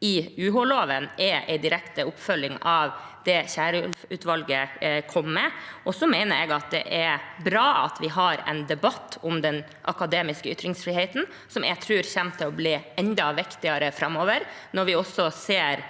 i UH-loven, er en direkte oppfølging av det Kierulf-utvalget kom med. Jeg mener det er bra at vi har en debatt om den akademiske ytringsfriheten, som jeg tror kommer til å bli enda viktigere framover, når vi ser